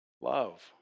love